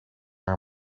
haar